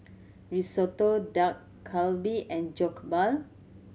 Risotto Dak Galbi and Jokbal